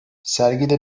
sergide